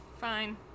Fine